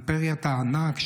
אימפריית הענק,